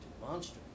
monster